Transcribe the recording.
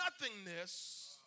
nothingness